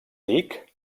dic